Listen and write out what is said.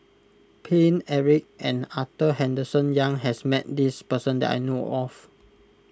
Paine Eric and Arthur Henderson Young has met this person that I know of